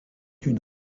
une